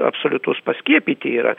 absoliutus paskiepyti yra